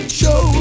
show